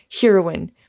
heroine